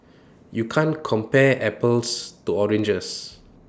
you can't compare apples to oranges